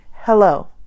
hello